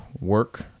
work